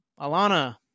Alana